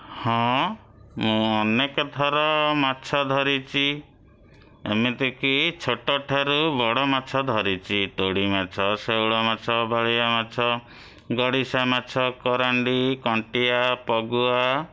ହଁ ମୁଁ ଅନେକ ଥର ମାଛ ଧରିଛି ଏମିତିକି ଛୋଟଠାରୁ ବଡ଼ ମାଛ ଧରିଛି ତୋଡ଼ି ମାଛ ଶେଉଳ ମାଛ ବାଳିଆ ମାଛ ଗଡ଼ିଶା ମାଛ କରାଣ୍ଡି କଣ୍ଟିଆ ପଗୁଆ